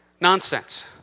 nonsense